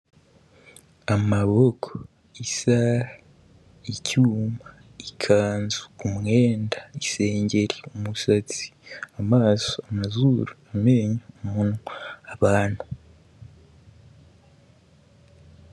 Amaboko, isaha, icyuma, ikanzu, umwenda, isengeri, umusatsi, amaso, amazuru, amenyo umunwa, abantu.